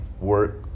work